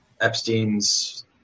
Epstein's